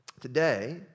Today